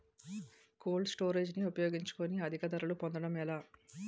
Cold storage ని ఉపయోగించుకొని అధిక ధరలు పొందడం ఎలా?